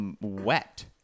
wet